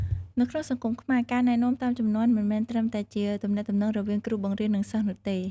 នៅក្នុងសង្គមខ្មែរ ការណែនាំតាមជំនាន់មិនមែនត្រឹមតែជាទំនាក់ទំនងរវាងគ្រូបង្រៀន និងសិស្សនោះទេ។